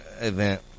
event